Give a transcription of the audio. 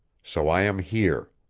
so i am here!